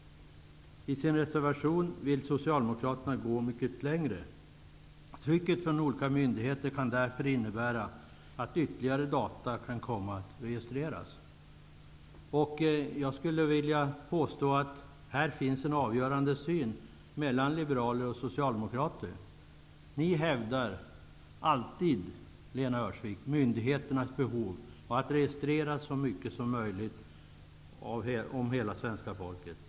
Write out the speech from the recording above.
Socialdemokraterna vill i sin reservation gå mycket längre än vad utskottsmajoriteten vill. Trycket från olika myndigheter kan därför innebära att ytterligare data kan komma att registreras. Jag skulle vilja påstå att det här finns en avgörande skillnad mellan liberaler och socialdemokrater. Socialdemokraterna hävdar alltid myndigheternas behov och vikten av att registrera så mycket som möjligt om hela svenska folket, Lena Öhrsvik.